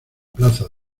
plaza